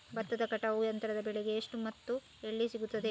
ಭತ್ತದ ಕಟಾವು ಯಂತ್ರದ ಬೆಲೆ ಎಷ್ಟು ಮತ್ತು ಎಲ್ಲಿ ಸಿಗುತ್ತದೆ?